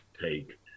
take